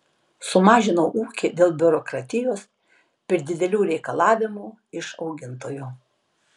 sumažinau ūkį dėl biurokratijos per didelių reikalavimų iš augintojo